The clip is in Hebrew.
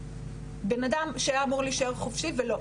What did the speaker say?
או בן אדם שהיה אמור להישאר חופשי והוא לא.